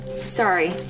Sorry